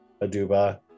Aduba